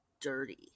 dirty